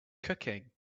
cooking